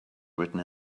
written